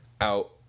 out